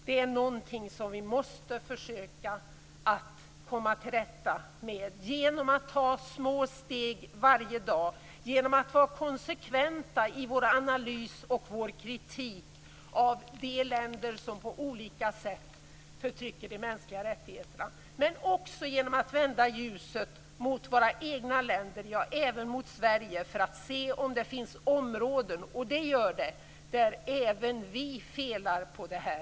Det är någonting som vi måste försöka att komma till rätta med genom att ta små steg varje dag, genom att vara konsekventa i vår analys och vår kritik av de länder som på olika sätt kränker de mänskliga rättigheterna, men också genom att vända ljuset mot våra egna länder, ja, även mot Sverige, för att se om det finns områden - och det gör det - där även vi felar.